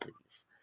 please